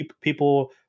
people